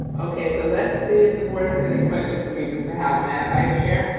okay, so let's see if the board has any questions of you, mr. holler. madam vice chair.